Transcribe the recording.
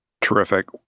Terrific